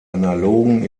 analogen